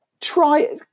try